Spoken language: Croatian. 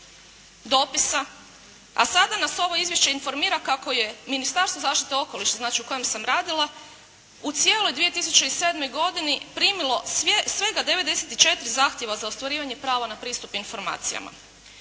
dopisa, a sada nas ovo izvješće informira kako je Ministarstvo zaštite okoliša, znači u kojem sam radila u cijeloj 2007. godini primilo svega 94 zahtjeva za ostvarivanje prava na pristupe informacijama.